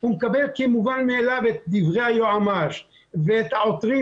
הוא מקבל כמובן מאליו את דברי היועמ"ש ואת העותרים,